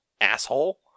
asshole